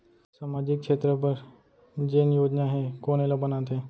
सामाजिक क्षेत्र बर जेन योजना हे कोन एला बनाथे?